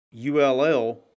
ULL